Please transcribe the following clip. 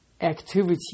activity